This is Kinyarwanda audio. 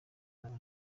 ebola